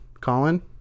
colin